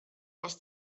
was